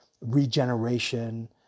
regeneration